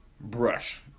Brush